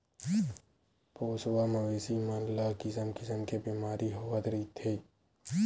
पोसवा मवेशी मन ल किसम किसम के बेमारी होवत रहिथे